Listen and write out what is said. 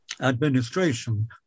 administration